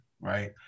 Right